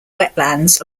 wetlands